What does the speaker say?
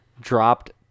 dropped